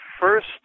first